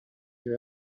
you